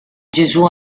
gesù